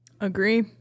Agree